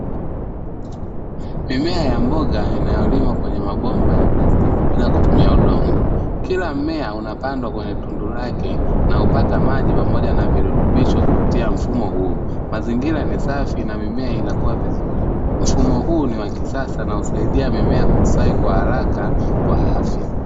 Mimea ya mboga inayolimwa kwenye mabomba ya plastiki bila kutumia udongo. Kila mmea unapandwa kwenye tundu lake na hupata maji pamoja na virutubisho kupitia mfumo huo. Mazingira ni safi na mimea inakua vizuri. Mfumo huu ni wa kisasa, unaosaidia mimea kustawi kwa haraka kwa afya.